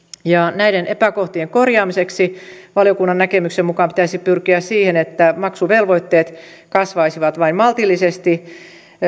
näiden epäkohtien korjaamiseksi valiokunnan näkemyksen mukaan pitäisi pyrkiä siihen että maksuvelvoitteet kasvaisivat vain maltillisesti